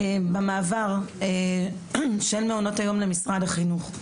במעבר של מעונות היום למשרד החינוך.